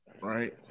right